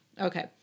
Okay